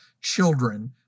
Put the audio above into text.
children